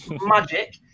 magic